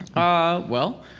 ah, well,